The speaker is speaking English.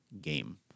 game